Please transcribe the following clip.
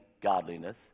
godliness